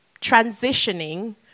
transitioning